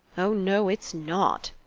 oh, no, it's not!